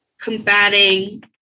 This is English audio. combating